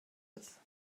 ist